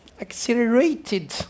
Accelerated